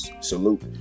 salute